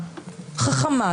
חכמה,